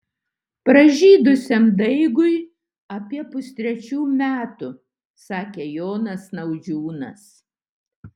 pražydusiam daigui apie pustrečių metų sakė jonas naudžiūnas